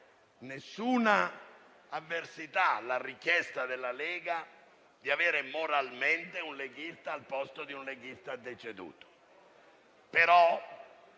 alcuna avversità alla richiesta della Lega di avere un leghista al posto di un leghista deceduto.